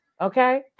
Okay